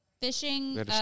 Fishing